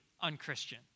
unchristian